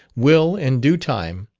will, in due time,